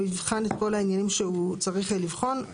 הוא יבחן את כל העניינים שהוא צריך לבחון.